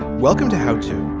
welcome to how too.